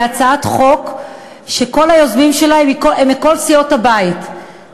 היא הצעת חוק שהיוזמים שלה הם מכל סיעות הבית,